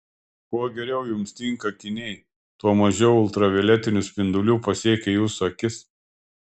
kuo geriau jums tinka akiniai tuo mažiau ultravioletinių spindulių pasiekia jūsų akis